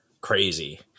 crazy